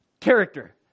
Character